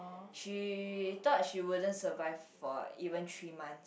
she thought she wouldn't survive for even three months